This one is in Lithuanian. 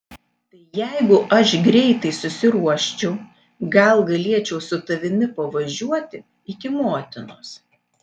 tai jeigu aš greitai susiruoščiau gal galėčiau su tavimi pavažiuoti iki motinos